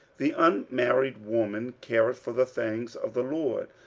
the unmarried woman careth for the things of the lord,